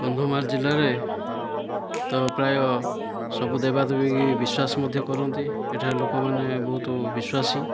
କନ୍ଧମାଳ ଜିଲ୍ଲାରେ ତ ପ୍ରାୟ ସବୁ ଦେବାଦେବୀକି ବିଶ୍ୱାସ ମଧ୍ୟ କରନ୍ତି ଏଠାରେ ଲୋକମାନେ ବହୁତ ବିଶ୍ୱାସୀ